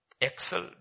excel